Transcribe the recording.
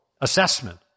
assessment